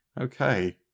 Okay